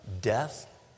death